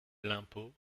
l’impôt